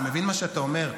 אני מבין מה שאתה אומר,